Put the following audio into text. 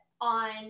on